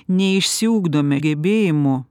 neišsiugdome gebėjimų